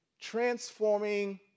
transforming